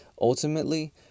Ultimately